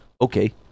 okay